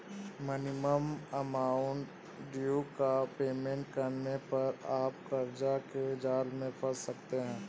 minimum amount due का payment करने पर आप कर्ज के जाल में फंस सकते हैं